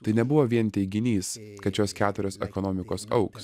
tai nebuvo vien teiginys kad šios keturios ekonomikos augs